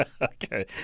Okay